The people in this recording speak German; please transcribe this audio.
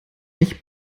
nicht